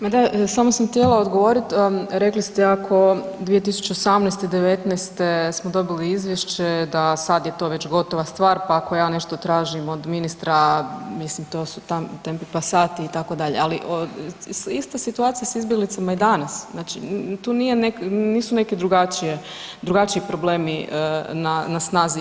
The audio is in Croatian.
Ma da, samo sam htjela odgovoriti, rekli ste ako 2018., '19. smo dobili izvješće da sad je to već gotova stvar pa ako ja nešto tražim od ministra mislim to su tempe passati itd., ali ista situacija je s izbjeglicama i danas, znači tu nije neki, nisu neki drugačiji problemi na snazi.